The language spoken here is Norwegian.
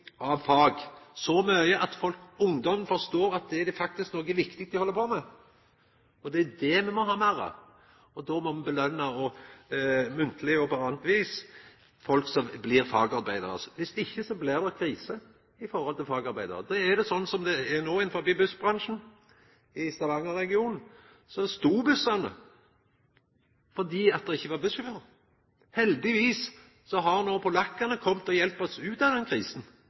av fag så mykje at ungdom forstår at det faktisk er noko viktig dei held på med. Og det er det me må ha meir av, og då må me belønna munnleg og på anna vis folk som blir fagarbeidarar. Dersom ikkje blir det krise i forhold til fagarbeidarar. Då blir det sånn som det er no i bussbransjen. I Stavanger-regionen stod bussane fordi det ikkje var busssjåførar. Heldigvis har no polakkane kome og hjelpt oss ut av den krisen.